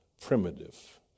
primitive